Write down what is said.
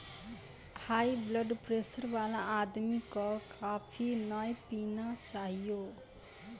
high blood pressure वाला आदमी कॅ कॉफी नय पीना चाहियो